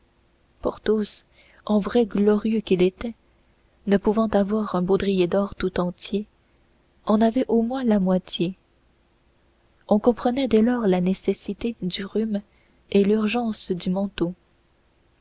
par-derrière porthos en vrai glorieux qu'il était ne pouvant avoir un baudrier d'or tout entier en avait au moins la moitié on comprenait dès lors la nécessité du rhume et l'urgence du manteau